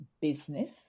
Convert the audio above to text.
business